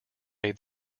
may